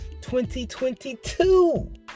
2022